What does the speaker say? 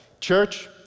Church